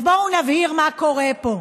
אז בואו נבהיר מה קורה פה.